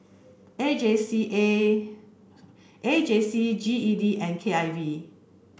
A J C A A J C G E D and K I V